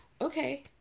Okay